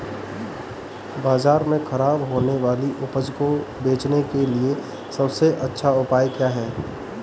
बाजार में खराब होने वाली उपज को बेचने के लिए सबसे अच्छा उपाय क्या हैं?